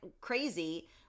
crazy